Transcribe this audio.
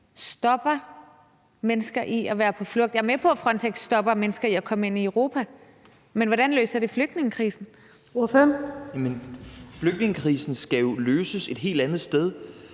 stopper mennesker i at være på flugt? Jeg er med på, at Frontex stopper mennesker i at komme ind i Europa, men hvordan løser det flygtningekrisen? Kl. 10:25 Den fg. formand (Birgitte